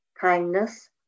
kindness